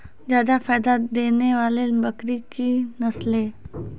जादा फायदा देने वाले बकरी की नसले?